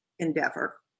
endeavor